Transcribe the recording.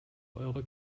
eure